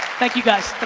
thank you guys, but